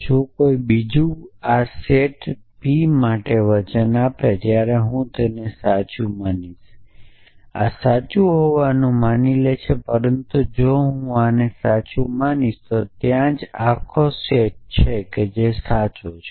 જો બીજું કોઈ આ સેટ p માટે વચન આપે છે ત્યારે હું તેને સાચું માનીશ એ કહેવાનો અહી મારો શું અર્થ એ છે કે આપણે p સાચું હોવાનું માની લઈએ પરંતુ જો હું આને સાચું માનીશ તો ત્યાં જ ત્યાં આખો સેટ જે સાચો છે